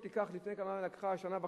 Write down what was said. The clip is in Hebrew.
שבעבר נמשכה שנה וחצי,